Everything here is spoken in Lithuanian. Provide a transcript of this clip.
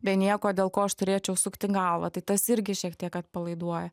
be nieko dėl ko aš turėčiau sukti galvą tai tas irgi šiek tiek atpalaiduoja